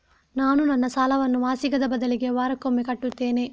ನಾನು ನನ್ನ ಸಾಲವನ್ನು ಮಾಸಿಕದ ಬದಲಿಗೆ ವಾರಕ್ಕೊಮ್ಮೆ ಕಟ್ಟುತ್ತೇನೆ